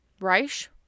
Reich